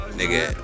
nigga